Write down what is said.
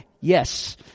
yes